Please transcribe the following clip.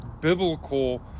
biblical